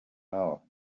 know